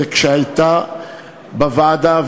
כשנדונה בוועדה,